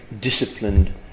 disciplined